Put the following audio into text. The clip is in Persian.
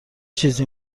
چیزی